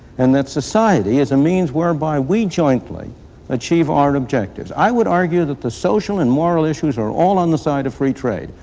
and that society is a means whereby we jointly achieve our objectives. i would argue that the social and moral issues are all on the side of free trade,